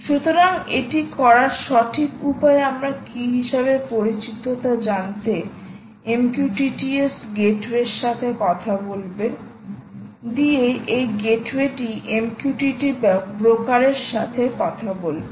সুতরাং এটি করার সঠিক উপায় আমরা কী হিসাবে পরিচিত তা জানতে MQTT S গেটওয়ের সাথে কথা বলবে দিয়ে এই গেটওয়েটি MQTT ব্রোকারের সাথে কথা বলবে